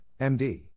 MD